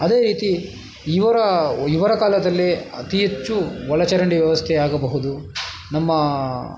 ಅದೇ ರೀತಿ ಇವರ ಇವರ ಕಾಲದಲ್ಲಿ ಅತೀ ಹೆಚ್ಚು ಒಳ ಚರಂಡಿ ವ್ಯವಸ್ಥೆಯಾಗಬಹುದು ನಮ್ಮ